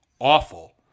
awful